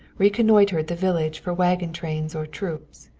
reconnoitered the village for wagon trains or troops.